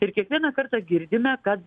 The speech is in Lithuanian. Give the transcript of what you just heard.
ir kiekvieną kartą girdime kad